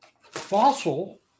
fossil